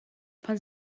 pan